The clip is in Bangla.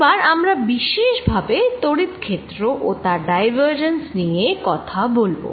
এবার আমরা বিশেষ ভাবে তড়িৎ ক্ষেত্র ও তার ডাইভারজেন্স নিয়ে কথা বলব